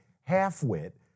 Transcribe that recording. half-wit